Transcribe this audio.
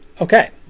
okay